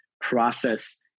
process